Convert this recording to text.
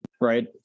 right